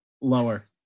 Lower